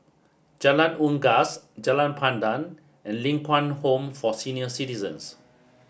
Jalan Unggas Jalan Pandan and Ling Kwang Home for Senior Citizens